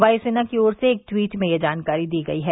वायुसेना की ओर से एक ट्वीट में यह जानकारी दी गई है